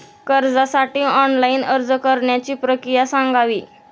कर्जासाठी ऑनलाइन अर्ज करण्याची प्रक्रिया सांगावी